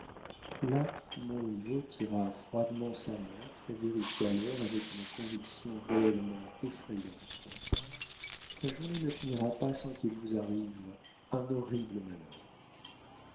là montriveau tira froidement sa montre et vérifia l'heure avec une conviction réellement effrayante la journée ne finira pas sans qu'il vous arrive un horrible malheur